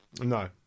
No